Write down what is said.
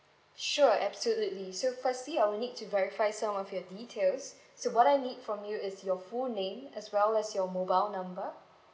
sure absolutely so firstly I will need to verify some of your details so what I need from you is your full name as well as your mobile number